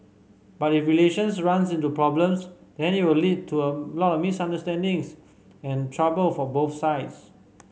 but if relations runs into problems then it will lead to a lot of misunderstandings and trouble for both sides